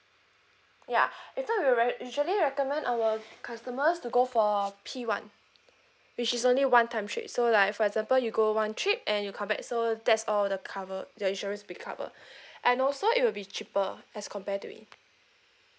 ya it's right we usually recommend our customers to go for P one which is only one time trip so like for example you go one trip and you come back so that's all the cover the insurance be covered and also it will be cheaper as compare to it